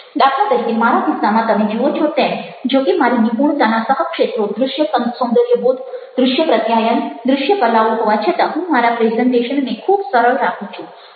દાખલા તરીકે મારા કિસ્સામાં તમે જુઓ છો તેમ જો કે મારી નિપુણતાના સહ ક્ષેત્રો દ્રશ્ય સૌંદર્યબોધ દ્રશ્ય પ્રત્યાયન દ્રશ્ય કલાઓ હોવા છતાં હું મારા પ્રેઝન્ટેશનને ખૂબ સરળ રાખું છું